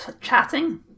chatting